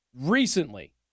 recently